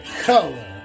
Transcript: color